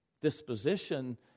disposition